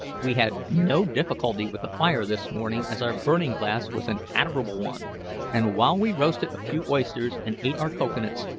we had no difficulty with the fire this morning as our burning-glass was an admirable one and while we roasted a few oysters and ate our cocoa-nuts,